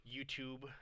youtube